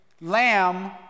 lamb